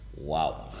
Wow